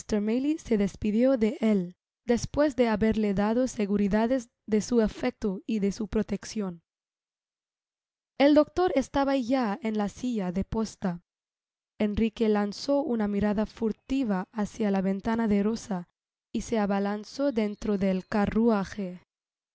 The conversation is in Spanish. se despidió de él despues de haberle dado seguridades de su afecto y de su proteccion el doctor estaba ya en la silla de posta enrique lanzó una mirada furtiva hácia la ventana de rosa y se avalanzó dentro del carruaje